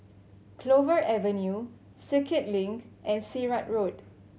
Clover Avenue Circuit Link and Sirat Road